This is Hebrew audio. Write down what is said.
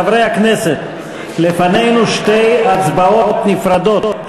חברי הכנסת, לפנינו שתי הצבעות נפרדות.